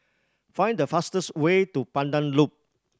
find the fastest way to Pandan Loop